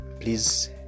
please